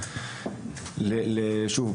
שוב,